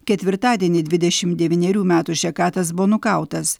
ketvirtadienį dvidešimt devynerių metų šekatas buvo nukautas